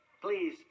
please